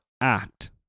act